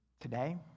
Today